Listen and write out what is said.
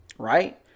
Right